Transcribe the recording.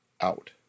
out